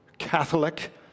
Catholic